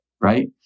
right